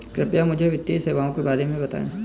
कृपया मुझे वित्तीय सेवाओं के बारे में बताएँ?